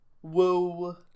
Whoa